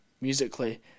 musically